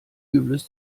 übles